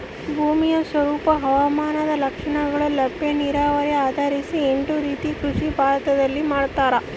ಭೂಮಿ ಸ್ವರೂಪ ಹವಾಮಾನ ಲಕ್ಷಣಗಳು ಲಭ್ಯ ನೀರಾವರಿ ಆಧರಿಸಿ ಎಂಟು ರೀತಿಯ ಕೃಷಿ ಭಾರತದಲ್ಲಿ ಮಾಡ್ತಾರ